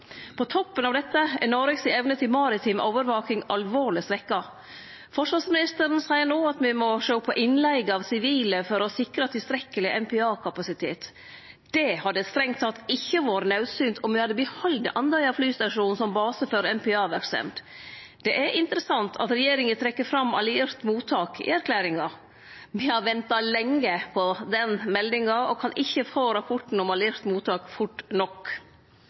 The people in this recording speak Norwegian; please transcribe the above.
På toppen av dette er Noregs evne til maritim overvaking alvorleg svekt. Forsvarsministeren seier no at me må sjå på å leige inn sivile for å sikre tilstrekkeleg MPA-kapasitet. Det hadde strengt tatt ikkje vore naudsynt om me hadde behalde Andøya flystasjon som base for MPA-verksemd. Det er interessant at regjeringa trekk fram alliert mottak i erklæringa. Me har venta lenge på den meldinga og kan ikkje få rapporten om alliert mottak fort nok.